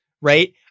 right